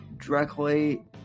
directly